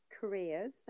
careers